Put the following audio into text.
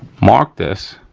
mark this